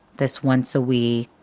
this once a week,